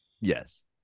Yes